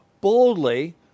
boldly